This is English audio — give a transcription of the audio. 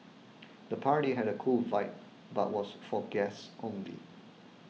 the party had a cool vibe but was for guests only